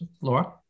Laura